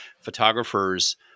photographers